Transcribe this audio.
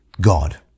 God